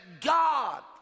God